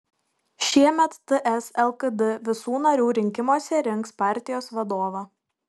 šiemet ts lkd visų narių rinkimuose rinks partijos vadovą